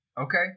okay